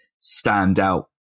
standout